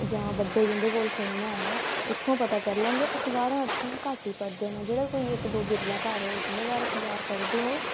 जां बड्डे जिं'दे कोल फोन हैन उ'त्थुआं पता करी लैंदे ते अखबारां अज्जकल घट्ट ई पढ़दे न जेह्ड़ा कोई इक दो बिरला घर होग उं'दे घर अखबार पढ़दे होए